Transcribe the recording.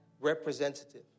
representative